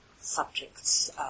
subjects